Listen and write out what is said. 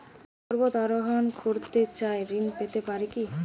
পর্বত আরোহণ করতে চাই ঋণ পেতে পারে কি?